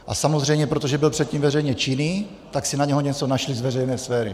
A samozřejmě protože byl předtím veřejně činný, tak si na něho něco našli z veřejné sféry.